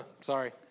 Sorry